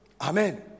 Amen